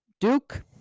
Duke